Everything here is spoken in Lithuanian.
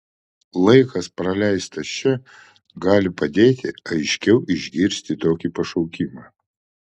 laikas praleistas čia gali padėti aiškiau išgirsti tokį pašaukimą